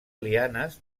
lianes